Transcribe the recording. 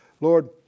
Lord